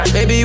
Baby